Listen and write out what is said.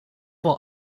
wel